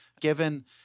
Given